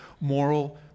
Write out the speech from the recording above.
moral